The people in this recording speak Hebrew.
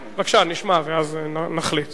בבקשה, נשמע ואז נחליט.